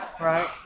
Right